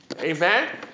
Amen